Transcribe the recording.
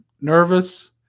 nervous